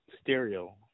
stereo